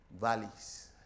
valleys